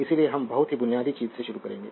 इसीलिए हम बहुत ही बुनियादी चीज से शुरू करेंगे